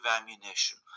ammunition